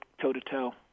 toe-to-toe